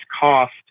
cost